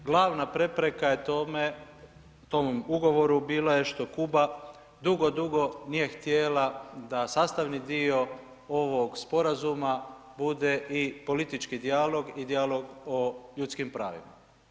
Glavna prepreka je tome, tom ugovoru bila je što Kuba dugo, dugo nije htjela da sastavni dio ovog sporazuma bude i politički dijalog i dijalog o ljudskim pravima.